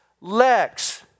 Lex